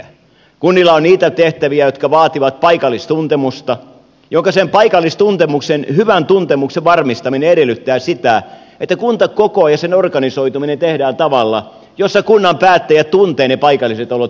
kunnilla on niitä tehtäviä jotka vaativat paikallistuntemusta ja sen hyvän paikallistuntemuksen varmistaminen edellyttää sitä että kuntakoko ja kunnan organisoituminen tehdään tavalla jossa kunnan päättäjät tuntevat ne paikalliset olot riittävän hyvin